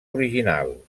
original